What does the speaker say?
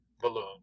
Balloon